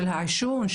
של העישון,